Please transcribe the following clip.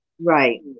Right